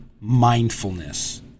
mindfulness